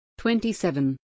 27